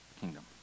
kingdom